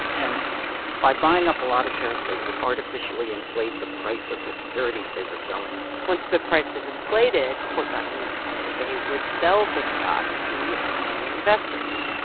and by buying up a lot of shares, they would artificially inflate the price of the securities they were selling once the price was inflated, court documents say, they would sell the stock to unknowing investors.